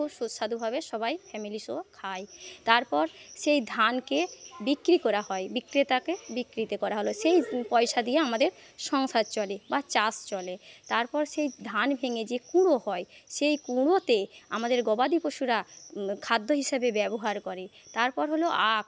খুব সুস্বাদুভাবে সবাই ফ্যামিলি সহ খাই তারপর সেই ধানকে বিক্রি করা হয় বিক্রেতাকে বিক্রিত করা হল সেই পয়সা দিয়ে আমাদের সংসার চলে বা চাষ চলে তারপর সেই ধান ভেঙে যে কুড়ো হয় সেই কুড়োতে আমাদের গবাদি পশুরা খাদ্য হিসাবে ব্যবহার করে তারপর হল আঁখ